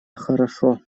хорошо